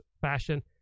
fashion